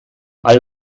all